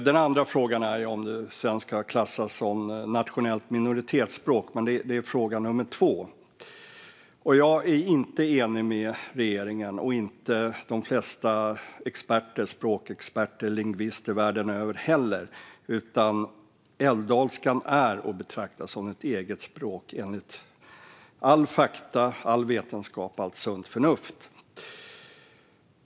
Den andra är om älvdalskan ska klassas som nationellt minoritetsspråk. Jag är inte enig med regeringen och inte de flesta språkexperter och lingvister över världen heller. Älvdalskan är att betrakta som ett eget språk, enligt alla fakta, all vetenskap och allt sunt förnuft.